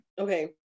Okay